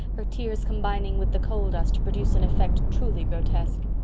her tears combining with the coal dust to produce an effect truly grotesque.